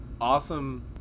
awesome